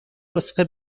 نسخه